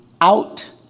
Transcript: out